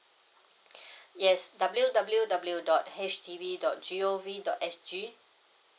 yes w w w dot H D B dot g o v dot s g